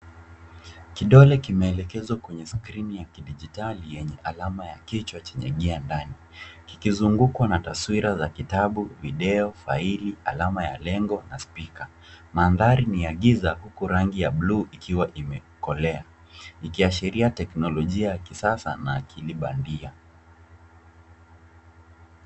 Kidole kimeelekezwa kwenye skrini ya kidijitali yenye alama ya kichwa chenye gia ndani, kikizungukwa na taswira za kitabu, video, faili, alama ya lengo na spika. Mandhari ni ya giza huku rangi ya bluu ikiwa imekolea ikiashiria teknolojia ya kisasa na akili bandia.